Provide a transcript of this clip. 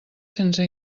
sense